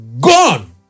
gone